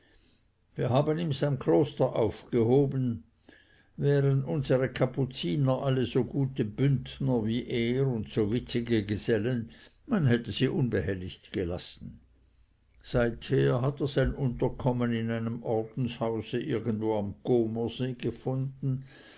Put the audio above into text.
wir haben ihm sein kloster aufgehoben wären unsere kapuziner alle so gute bündner wie er und so witzige gesellen man hätte sie unbehelligt gelassen seither hat er sein unterkommen in einem ordenshause irgendwo am comersee gefunden